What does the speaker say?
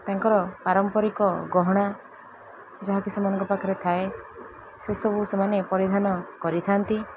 ତାଙ୍କର ପାରମ୍ପରିକ ଗହଣା ଯାହାକି ସେମାନଙ୍କ ପାଖରେ ଥାଏ ସେସବୁ ସେମାନେ ପରିଧାନ କରିଥାନ୍ତି